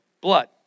blood